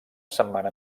setmana